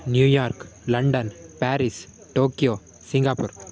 New York London Paris Tokyo Singapore